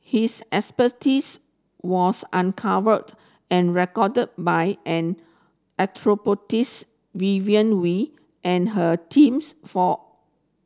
his expertise was uncovered and recorded by anthropologist Vivien Wee and her teams for